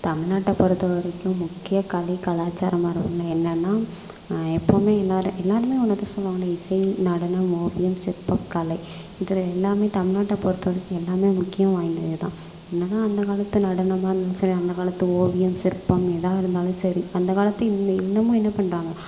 தமில்நாட்டை பொறுத்த வரைக்கும் முக்கிய கலை கலாச்சார மரபுங்க என்னன்னா எப்போவுமே எல்லாரும் எல்லாருமே ஒன்றுத்த சொல்லுவாங்கள் இசை நடனம் ஓவியம் சிற்பம் கலை இதில் எல்லாமே தமில்நாட்டை பொறுத்த வரைக்கும் எல்லாமே முக்கியம் வாய்ந்தது தான் என்னதான் அந்த காலத்து நடனமாக இருந்தாலும் சரி அந்த காலத்து ஓவியம் சிற்பம் எதாக இருந்தாலும் சரி அந்த காலத்து இன்ன இன்னுமும் என்ன பண்ணுறாங்க